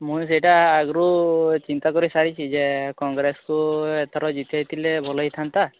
ମୁଁ ସେଇଟା ଆଗରୁ ଚିନ୍ତା କରିସାରିଛି ଯେ କଂଗ୍ରେସକୁ ଏଥର ଜିତେଇଥିଲେ ଭଲ ହୋଇଥାନ୍ତା